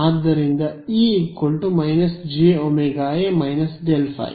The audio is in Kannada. ಆದ್ದರಿಂದ E −j ωA ∇φ